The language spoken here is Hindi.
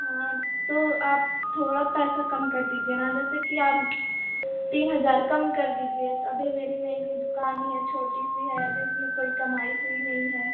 हाँ तो आप थोड़ा पैसा कम कर दीजिए ना जैसे कि आप तीन हज़ार कम कर दीजिए तो अभी मेरी नई नई दुकान ही है छोटी सी है अभी उसमें कोई कमाई हुई नहीं है